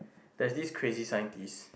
there's this crazy scientist